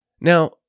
Now